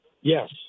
Yes